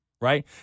Right